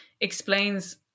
explains